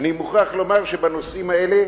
אני מוכרח לומר שבנושאים האלה